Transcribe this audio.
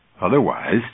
Otherwise